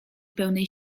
pełnej